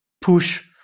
push